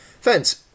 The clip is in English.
fence